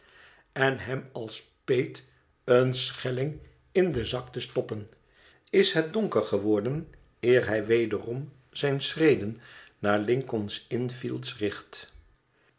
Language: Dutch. en hem als peet een schelling in den zak te stoppen is het donker geworden eer hij wederom zijne schreden naar lincoln's inn fields richt